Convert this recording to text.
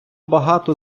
багато